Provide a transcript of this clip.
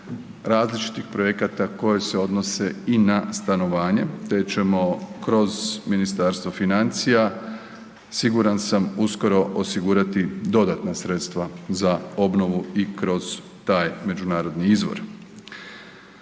različitih projekata koji se odnose i na stanovanje te ćemo kroz Ministarstvo financija, siguran sam, uskoro osigurati dodatna sredstva za obnovu i kroz taj međunarodni izvor.